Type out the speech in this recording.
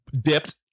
dipped